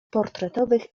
portretowych